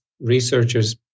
researchers